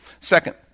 Second